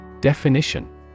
Definition